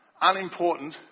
unimportant